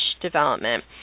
development